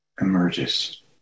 emerges